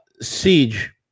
Siege